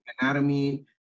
anatomy